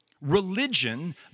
religion